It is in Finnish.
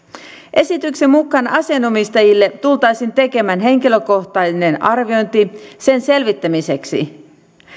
esityksen mukaan asianomistajille tultaisiin tekemään henkilökohtainen arviointi sen selvittämiseksi